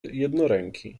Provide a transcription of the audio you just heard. jednoręki